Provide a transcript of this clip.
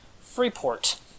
Freeport